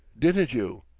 didn't you?